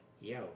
Yo